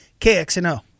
KXNO